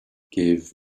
gave